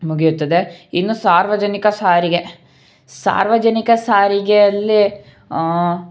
ಮುಗಿಯುತ್ತದೆ ಇನ್ನು ಸಾರ್ವಜನಿಕ ಸಾರಿಗೆ ಸಾರ್ವಜನಿಕ ಸಾರಿಗೆಯಲ್ಲಿ